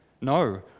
No